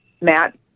Matt